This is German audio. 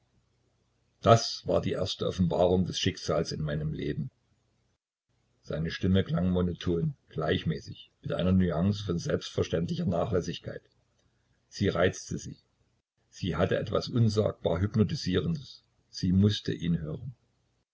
das war die erste offenbarung des schicksals in meinem leben seine stimme klang monoton gleichmäßig mit einer nuance von selbstverständlicher nachlässigkeit sie reizte sie sie hatte etwas unsagbar hypnotisierendes sie mußte ihn hören